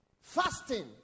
Fasting